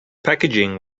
packaging